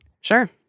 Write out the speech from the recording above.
Sure